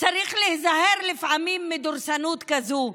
צריך להיזהר לפעמים מדורסנות כזו.